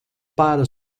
pára